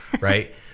Right